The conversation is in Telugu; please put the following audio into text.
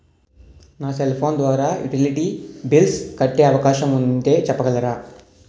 నా సెల్ ఫోన్ ద్వారా యుటిలిటీ బిల్ల్స్ కట్టే అవకాశం ఉంటే చెప్పగలరా?